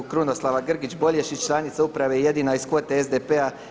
Krunoslava Grgić Bolješić, članica uprave jedina iz kvote SDP-a.